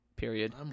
Period